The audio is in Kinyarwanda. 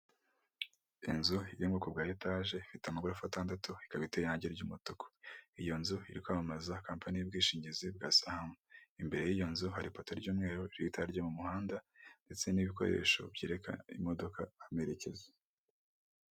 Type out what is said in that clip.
Inzu y'ubwoko bwa etaje ifite amagorofa atandatu, ikaba iteye irange ry'umutuku, iyo nzu iri kwamamaza kampani y'ubwishingizi bwa sahamu, imbere y'iyo nzu hari ipoto ry'umweru itara ryo mu muhanda ndetse n'ibikoresho byerekana imodoka amerekeza.